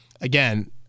Again